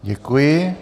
Děkuji.